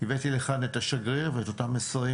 והבאתי לכאן את השגריר ואת אותם מסרים.